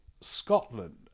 Scotland